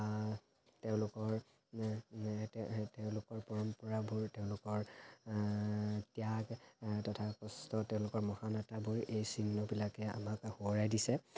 তেওঁলোকৰ তেওঁলোকৰ পৰম্পৰাবোৰ তেওঁলোকৰ ত্যাগ তথা তেওঁলোকৰ মহানতাবোৰ এই চিহ্নবিলাকে আমাক সোঁৱৰাই দিছে